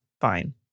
fine